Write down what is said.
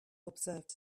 observed